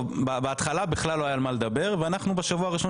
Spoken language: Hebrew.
--- בהתחלה בכלל לא היה על מה לדבר ואנחנו בשבוע הראשון